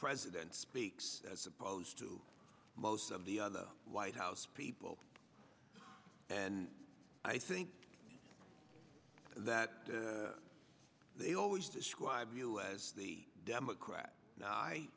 president speaks as opposed to most of the other white house people and i think that they always describe you as the democrat